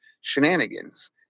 shenanigans